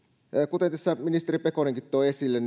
kuten tässä ministeri pekonenkin toi esille